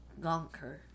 Gonker